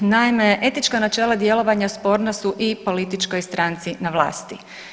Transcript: Naime, etička načela djelovanja sporna su i političkoj stranci na vlasti.